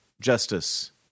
justice